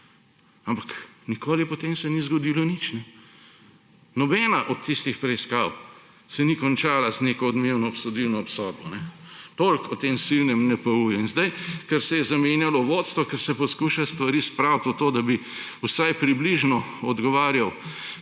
Ampak nikoli potem se ni zgodilo nič. Nobena od tistih preiskav se ni končala z neko odmevno obsodilno obsodbo. Toliko o tem silnem NPU. In zdaj, ker se je zamenjalo vodstvo, ker se poskuša stvari spraviti v to, da bi NPU vsaj približno odgovarjal